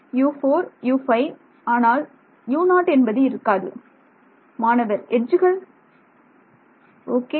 U4 U5 ஆனால் U0 என்பது இருக்காது மாணவர் எட்ஜுகள் ஓகே